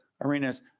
arenas